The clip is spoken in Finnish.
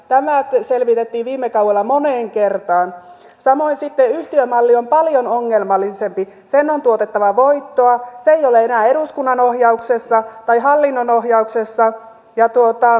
tämä selvitettiin viime kaudella moneen kertaan samoin yhtiömalli on paljon ongelmallisempi sen on tuotettava voittoa se ei ole enää eduskunnan ohjauksessa tai hallinnon ohjauksessa ja